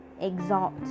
exalt